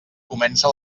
comença